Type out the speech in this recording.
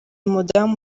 umudamu